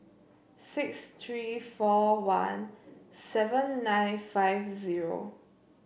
six three four one seven nine five zero